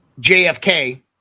jfk